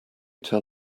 tell